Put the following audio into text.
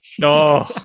No